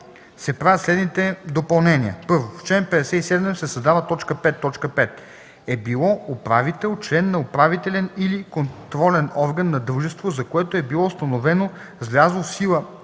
се правят следните допълнения: 1. В чл. 57 се създава т. 5: „5. е било управител, член на управителен или контролен орган на дружество, за което е било установено с влязло в сила